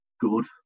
good